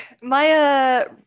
Maya